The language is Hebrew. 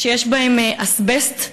יש אזבסט מתפורר.